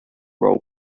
role